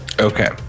okay